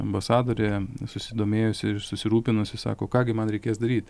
ambasadorė susidomėjusi ir susirūpinusi sako ką gi man reikės daryt